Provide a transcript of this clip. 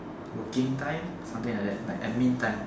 working time something like that like admin time